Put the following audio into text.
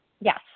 Yes